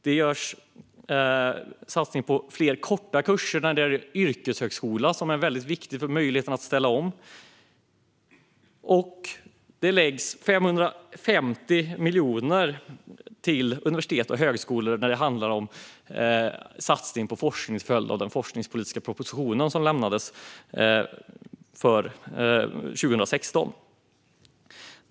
Det görs satsningar på fler korta kurser när det gäller yrkeshögskolan, vilket är väldigt viktigt för möjligheten att ställa om, och det läggs 550 miljoner till universitet och högskolor för en satsning på forskning till följd av den forskningspolitiska proposition som lades fram 2016.